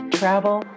travel